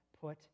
put